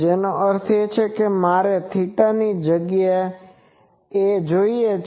જેનો અર્થ છે કે મારે તે થીટાની જગ્યાએ જોઈએ છે